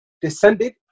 descended